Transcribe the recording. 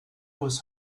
was